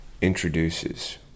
Introduces